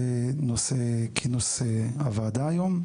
כנושא הוועדה היום.